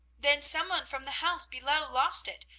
then some one from the house below lost it.